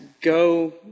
go